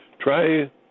try